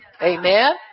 Amen